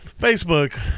Facebook